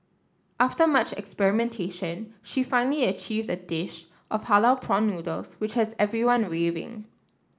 after much experimentation she finally achieved a dish of halal prawn noodles which has everyone raving